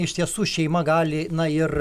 iš tiesų šeima gali na ir